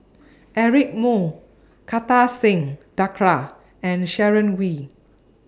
Eric Moo Kartar Singh Thakral and Sharon Wee